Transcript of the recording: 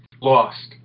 lost